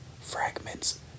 fragments